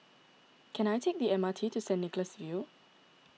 can I take the M R T to Saint Nicholas View